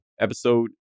Episode